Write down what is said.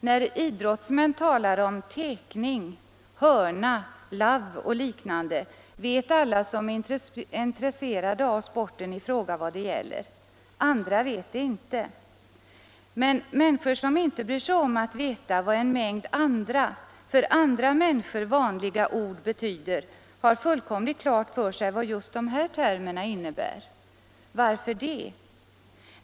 När idrottsmän talar om tekning, hörna, love och liknande, vet alla som är intresserade av sporten i fråga vad det gäller. Andra vet det inte. Men människor, som inte bryr sig om att veta vad en mängd andra, för folk i gemen vanliga ord betyder, har fullkomligt klart för sig vad just de här termerna innebär. Varför det?